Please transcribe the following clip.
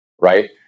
right